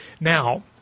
Now